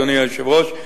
אדוני היושב-ראש,